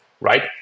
right